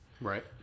Right